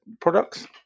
products